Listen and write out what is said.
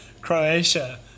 Croatia